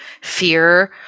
fear